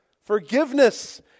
Forgiveness